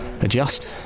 adjust